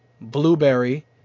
Blueberry